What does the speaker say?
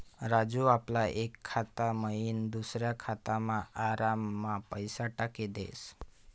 राजू आपला एक खाता मयीन दुसरा खातामा आराममा पैसा टाकी देस